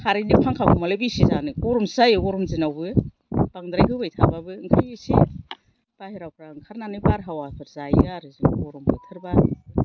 खारेननि फांखाखौमालाय बेसे जानो गरमसो जायो गरम दिनआवबो बांद्राय होबाय थाबाबो ओंखायनो एसे बाइहेराफ्राव ओंखारनानै बारहावाफोर जायो आरो जों गरम बोथोरबा